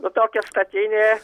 nu tokia statinė